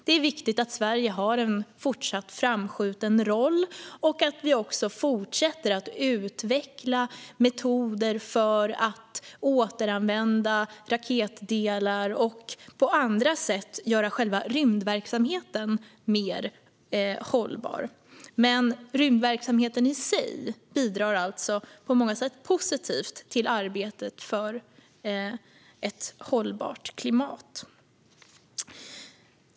Det är viktigt att Sverige har en fortsatt framskjuten roll och att vi också fortsätter att utveckla metoder för att återanvända raketdelar och på andra sätt göra själva rymdverksamheten mer hållbar. Men rymdverksamheten i sig bidrar alltså på många sätt positivt till arbetet för ett hållbart klimat.